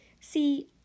See